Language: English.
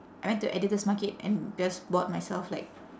I went to editor's market and just bought myself like